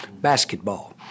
basketball